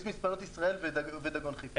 יש את מספנות ישראל ויש את דגון חיפה.